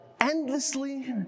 endlessly